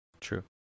true